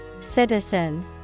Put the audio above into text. Citizen